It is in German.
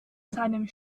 seinem